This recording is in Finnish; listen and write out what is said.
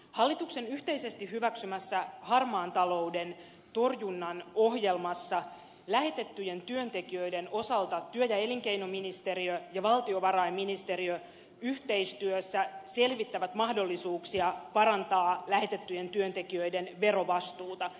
hallituksen yhteisesti hyväksymässä harmaan talouden torjunnan ohjelmassa lähetettyjen työntekijöiden osalta työ ja elin keinoministeriö ja valtiovarainministeriö yhteistyössä selvittävät mahdollisuuksia parantaa lähetettyjen työntekijöiden verovastuuta